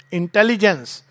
intelligence